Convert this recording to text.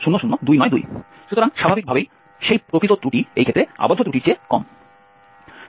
সুতরাং স্বাভাবিকভাবেই সেই প্রকৃত ত্রুটি এই ক্ষেত্রে আবদ্ধ ত্রুটির চেয়ে কম